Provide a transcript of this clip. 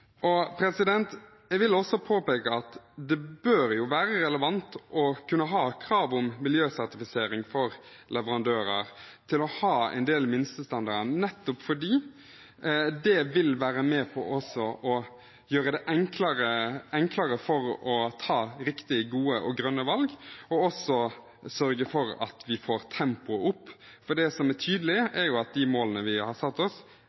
Jeg vil også påpeke at det bør være relevant å kunne ha krav om miljøsertifisering for leverandører, til å ha en del minstestandarder, nettopp fordi det vil være med på å gjøre det enklere å ta riktige, gode og grønne valg og også sørge for at vi får tempoet opp. Det som er tydelig, er at de målene vi har satt oss,